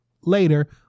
later